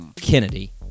Kennedy